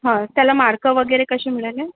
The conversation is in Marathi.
हां त्याला मार्क वगैरे कसे मिळाले आहेत